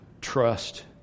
trust